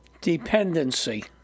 dependency